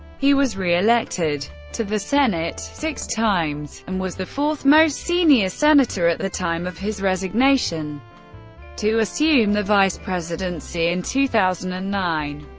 he was re-elected to the senate six times, and was the fourth most senior senator at the time of his resignation to assume the vice presidency in two thousand and nine.